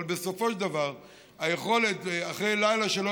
אבל בסופו של דבר היכולת אחרי לילה שלא